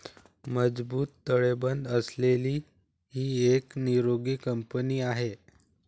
मजबूत ताळेबंद असलेली ही एक निरोगी कंपनी आहे